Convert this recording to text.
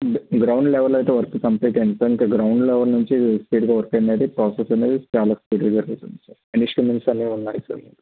ground level అయితే work complete అయ్యింది sir ఇంకా గ్రౌండ్ లెవెల్ నుంచి స్పీడ్గా వర్క్ అనేది ప్రాసెస్ అనేది చాలా స్పీడ్గా జరుగుతుంది సార్ అండ్ ఇన్స్ట్రుమెంట్స్ అన్నీ ఉన్నాయి సార్